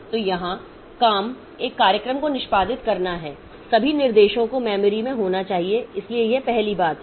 तो यहां काम एक कार्यक्रम को निष्पादित करना है सभी निर्देशों को मेमोरी में होना चाहिए इसलिए यह पहली बात है